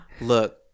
look